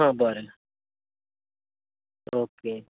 आं बरें ओके